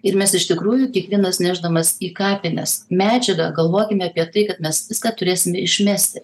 ir mes iš tikrųjų kiekvienas nešdamas į kapines medžiagą galvokime apie tai mes viską turėsime išmesti